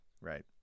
Right